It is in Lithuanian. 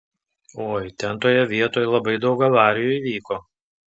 oi ten toje vietoj labai daug avarijų įvyko